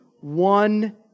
one